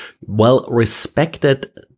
well-respected